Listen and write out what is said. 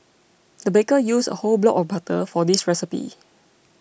the baker used a whole block of butter for this recipe